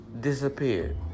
disappeared